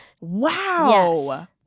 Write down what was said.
Wow